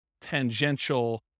tangential